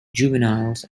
juveniles